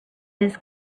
his